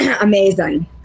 Amazing